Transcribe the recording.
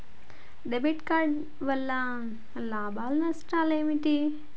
Debit card వల్ల లాభాలు నష్టాలు ఏమిటి?